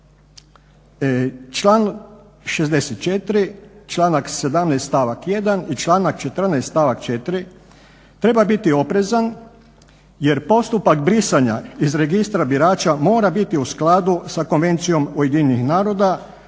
član 64., članak 17. stavak 1. i članak 14. stavak 4. treba biti oprezan jer postupak brisanja iz registra birača mora biti u skladu sa Konvencijom UN-a o